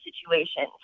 situations